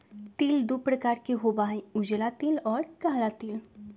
तिल दु प्रकार के होबा हई उजला तिल और काला तिल